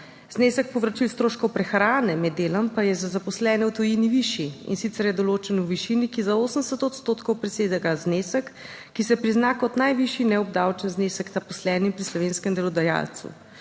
Znesek povračil stroškov prehrane med delom pa je za zaposlene v tujini višji, in sicer je določen v višini, ki za 80 odstotkov presega znesek, ki se prizna kot najvišji neobdavčen znesek zaposlenim pri slovenskem delodajalcu.